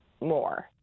more